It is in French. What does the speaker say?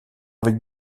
avec